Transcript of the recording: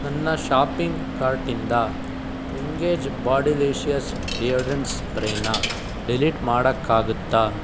ನನ್ನ ಷಾಪಿಂಗ್ ಕಾರ್ಟಿಂದ Engage Bodilicious deodorant ಸ್ಪ್ರೇನ ಡಿಲೀಟ್ ಮಾಡೋಕ್ಕಾಗತ್ತಾ